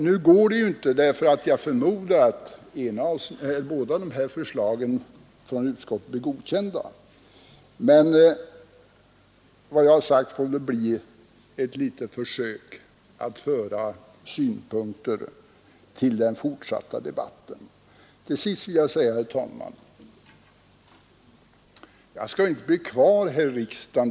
Nu går det inte — jag förmodar att utskottets båda förslag blir godkända — men vad jag har sagt får väl utgöra ett litet försök att tillföra synpunkter till den fortsatta debatten. Till sist, herr talman, vill jag säga att jag skall ju inte bli kvar i riksdagen.